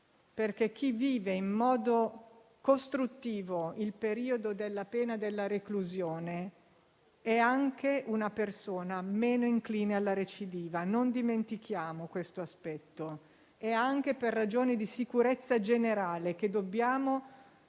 perché chi vive in modo costruttivo il periodo della pena della reclusione è anche una persona meno incline alla recidiva. Non dimentichiamo questo aspetto. È anche per ragioni di sicurezza generale che dobbiamo